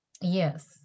Yes